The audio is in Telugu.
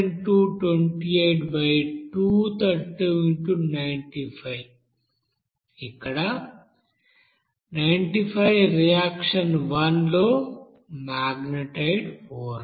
ఇక్కడ 95 రియాక్షన్ 1 లో మాగ్నెటైట్ఓర్